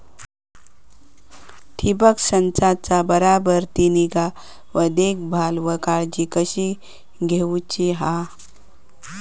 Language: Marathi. ठिबक संचाचा बराबर ती निगा व देखभाल व काळजी कशी घेऊची हा?